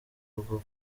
bwo